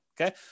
Okay